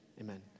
amen